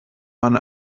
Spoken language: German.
man